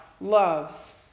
loves